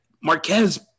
Marquez